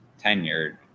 tenured